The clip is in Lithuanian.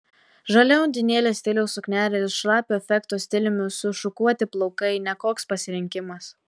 žalia undinėlės stiliaus suknelė ir šlapio efekto stiliumi sušukuoti plaukai ne koks pasirinkimas